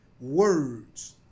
words